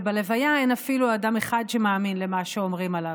ובלוויה אין אפילו אדם אחד שמאמין למה שאומרים עליו.